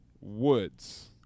Woods